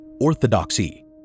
orthodoxy